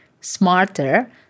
smarter